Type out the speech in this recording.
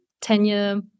tenure